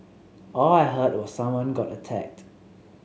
all I heard was someone got attacked